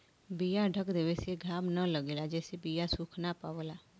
बीया ढक देवे से घाम न लगेला जेसे बीया सुख ना पावला